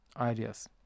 ideas